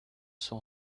sont